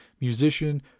musician